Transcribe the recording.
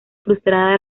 frustrada